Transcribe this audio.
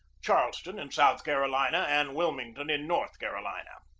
charleston in south carolina and wilmington in north carolina.